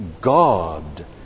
God